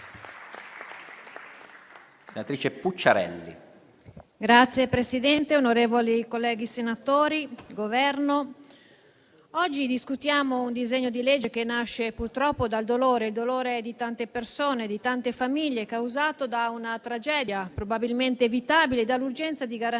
*(LSP-PSd'Az)*. Signor Presidente, onorevoli colleghi senatori, signori del Governo, oggi discutiamo un disegno di legge che nasce purtroppo dal dolore, il dolore di tante persone e tante famiglie, causato da una tragedia probabilmente evitabile e dall'urgenza di garantire